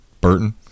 Burton